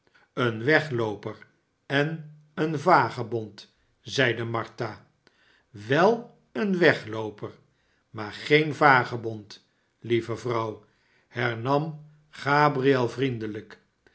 een weglooper en een vagebond zeide martha wel een weglooper maar geen vagebond lieve vrouw hernam gabriel vriendelijk